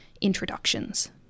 introductions